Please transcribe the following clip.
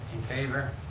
favor.